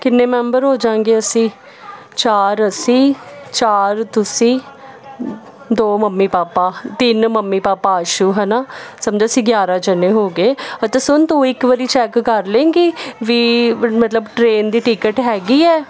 ਕਿੰਨੇ ਮੈਂਬਰ ਹੋ ਜਾਵਾਂਗੇ ਅਸੀਂ ਚਾਰ ਅਸੀਂ ਚਾਰ ਤੁਸੀਂ ਦੋ ਮੰਮੀ ਪਾਪਾ ਤਿੰਨ ਮੰਮੀ ਪਾਪਾ ਆਸ਼ੂ ਹੈ ਨਾ ਸਮਝੋ ਅਸੀਂ ਗਿਆਰ੍ਹਾਂ ਜਾਣੇ ਹੋ ਗਏ ਅਤੇ ਸੁਣ ਤੂੰ ਇੱਕ ਵਾਰ ਚੈੱਕ ਕਰ ਲਵੇਂਗੀ ਵੀ ਮਤਲਬ ਟਰੇਨ ਦੀ ਟਿਕਟ ਹੈਗੀ ਹੈ